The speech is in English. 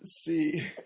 See